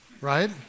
right